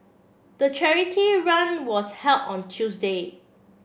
the charity run was held on Tuesday